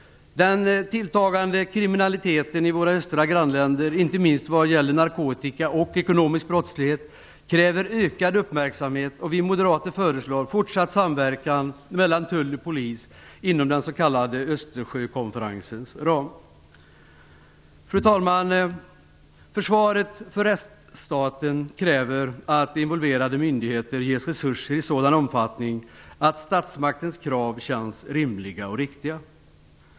Den tilltagande kriminaliteten i våra östra grannländer, inte minst vad gäller narkotika och ekonomisk brottslighet, kräver ökad uppmärksamhet. Vi moderater föreslår fortsatt samverkan mellan Tull och Polis inom den s.k. Östersjökonferensens ram. Fru talman! Försvaret för rättsstaten kräver att involverade myndigheter ges resurser i sådan omfattning att statsmaktens krav känns rimliga och riktiga.